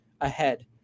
ahead